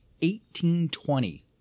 1820